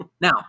Now